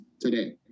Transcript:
today